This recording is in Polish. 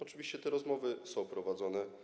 Oczywiście te rozmowy są prowadzone.